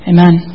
Amen